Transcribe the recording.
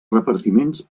repartiments